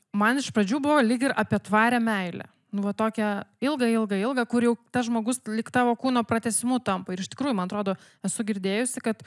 man iš pradžių buvo lyg ir apie tvarią meilę nu va tokią ilgą ilgą ilgą kur jau tas žmogus lyg tavo kūno pratęsimu tampa ir iš tikrųjų man atrodo esu girdėjusi kad